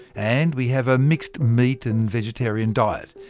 and we have a mixed meat and vegetarian diet.